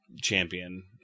champion